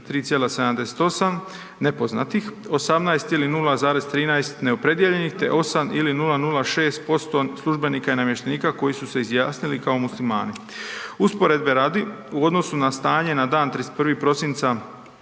3,78 nepoznatih, 18 ili 0,13 neopredijeljenih te 8 ili 0,06% službenika i namještenika koji su se izjasnili kao muslimani. Usporedbe radi u odnosu na stanje na dan 31. prosinca